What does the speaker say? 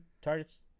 targets